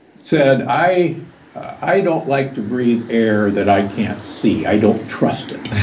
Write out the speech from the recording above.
said, i i don't like to breath air that i can't see. i don't trust it.